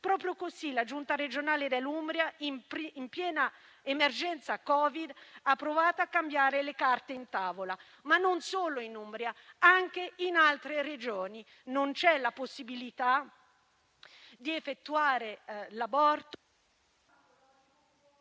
Proprio così: la Giunta regionale dell'Umbria, in piena emergenza Covid, ha provato a cambiare le carte in tavola. Ma non solo in Umbria; anche in altre Regioni non c'è la possibilità di effettuare l'aborto...